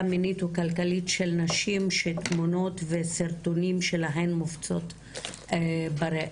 מינית וכלכלית של נשים שתמונות וסרטונים שלהן מופצים ברשת.